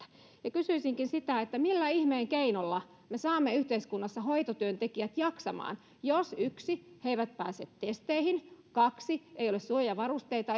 kysyisinkin millä ihmeen keinolla me saamme yhteiskunnassa hoitotyöntekijät jaksamaan jos yksi he eivät pääse testeihin kaksi ei ole suojavarusteita